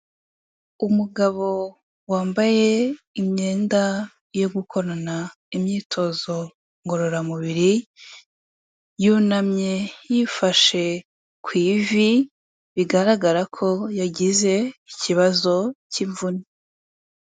Umugabo wambaye imyenda yo gukorana imyitozo ngororamubiri, yunamye yifashe ku ivi bigaragara ko yagize ikibazo cy'imvune.